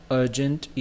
urgent